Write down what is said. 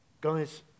Guys